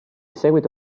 seguito